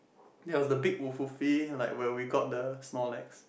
there was the big like where we got the Snorlax